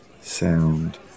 Sound